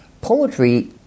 Poetry